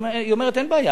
היא אומרת: אין בעיה,